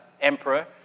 emperor